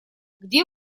где